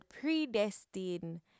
predestined